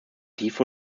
tiefe